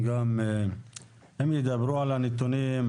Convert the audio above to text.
הם ידברו על הנתונים,